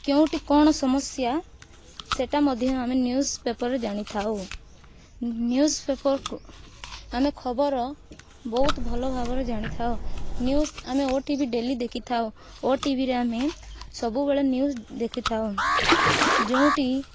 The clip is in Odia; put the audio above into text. କେଉଁଠି କ'ଣ ସମସ୍ୟା ସେଇଟା ମଧ୍ୟ ଆମେ ନିଉଜ ପେପରରେ ଜାଣିଥାଉ ନିଉଜ ପେପରକୁ ଆମେ ଖବର ବହୁତ ଭଲ ଭାବରେ ଜାଣିଥାଉ ନିଉଜ ଆମେ ଓଟିଭି ଡେଲି ଦେଖିଥାଉ ଓଟିଭିରେ ଆମେ ସବୁବେଳେ ନିଉଜ ଦେଖିଥାଉ ଯେଉଁଠି